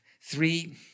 Three